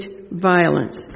violence